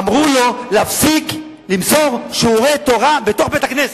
אמרו לו להפסיק למסור שיעורי תורה בתוך בית-הכנסת.